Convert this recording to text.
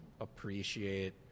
appreciate